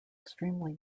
extremely